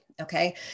Okay